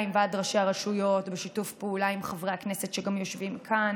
עם ועד ראשי הרשויות ובשיתוף פעולה עם חברי הכנסת שגם יושבים כאן.